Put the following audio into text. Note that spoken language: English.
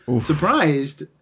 surprised